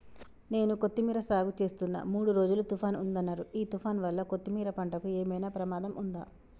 నేను కొత్తిమీర సాగుచేస్తున్న మూడు రోజులు తుఫాన్ ఉందన్నరు ఈ తుఫాన్ వల్ల కొత్తిమీర పంటకు ఏమైనా ప్రమాదం ఉందా?